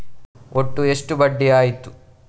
ಒಟ್ಟು ಎಷ್ಟು ಬಡ್ಡಿ ಆಯಿತು?